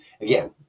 again